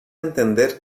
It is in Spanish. entender